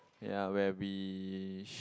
ya where we sh~